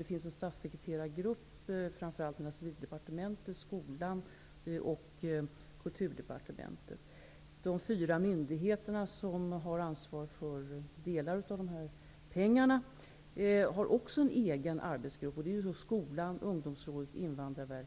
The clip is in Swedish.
Det finns en statssekreterargrupp med företrädare från framför allt Civildepartementet, skolan och Kulturdepartementet. De fyra myndigheter som har ansvar för delar av pengarna -- Skolverket, har också en egen arbetsgrupp. Vi skall inrätta ett